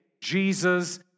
Jesus